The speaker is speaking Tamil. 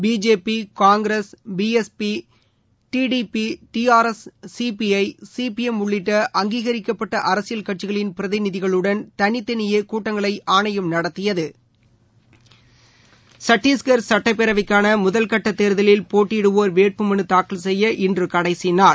BJP Congress B S P TDP TRS CPI CPM உள்ளிட்ட அங்கீகரிக்கப்பட்ட அரசியல் கட்சிகளின் பிரதிநிதிகளுடன் தனித்தனியே கூட்டங்களை ஆணையம் நடத்தியது சத்தீஷ்கர் சட்டப்பேரவைக்கான முதல் கட்ட தேர்தலில் போட்டியிடுவோர் வேட்பு மனு தாக்கல் செய்ய இன்று கடைசி நாள்